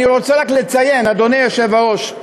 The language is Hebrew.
אני רוצה רק לציין, אדוני היושב-ראש: